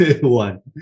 one